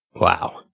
Wow